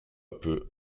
peu